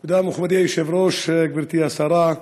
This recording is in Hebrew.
תודה, מכובדי היושב-ראש, גברתי השרה,